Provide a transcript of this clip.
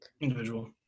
individual